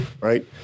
right